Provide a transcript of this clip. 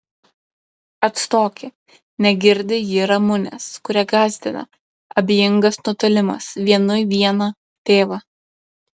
atstoki negirdi ji ramunės kurią gąsdina abejingas nutolimas vienui vieną tėvą